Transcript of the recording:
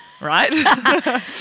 right